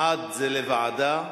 בעד, לוועדה,